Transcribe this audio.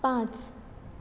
पांच